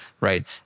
right